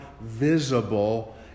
visible